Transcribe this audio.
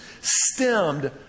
stemmed